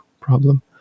problem